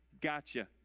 Gotcha